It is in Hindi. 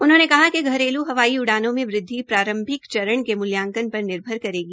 उन्होंने कहा कि घरेल् हवाई उड़ानों में वृद्वि प्रारंभिक चरण के मूल्यांकन पर निर्भरकरेगी